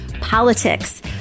politics